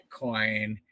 Bitcoin